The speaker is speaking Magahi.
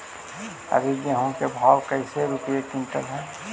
अभी गेहूं के भाव कैसे रूपये क्विंटल हई?